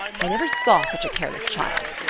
i never saw such a careless child.